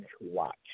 watch